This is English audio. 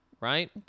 right